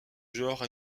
genre